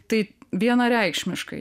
tai vienareikšmiškai